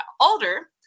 older